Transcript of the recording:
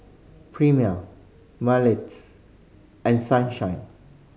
Premier Mentos and Sunshine